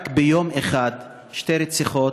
רק ביום אחד שתי רציחות,